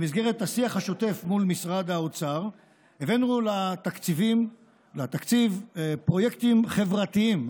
במסגרת השיח השוטף עם משרד האוצר הבאנו לתקציב פרויקטים חברתיים.